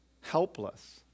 helpless